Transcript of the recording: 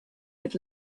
had